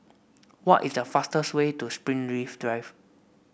what is the fastest way to Springleaf Drive